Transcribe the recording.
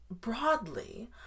broadly